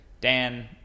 Dan